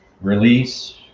release